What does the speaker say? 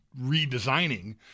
redesigning